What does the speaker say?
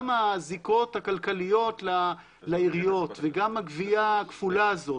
גם הזיקות הכלכליות לעיריות וגם הגבייה הכפולה הזאת,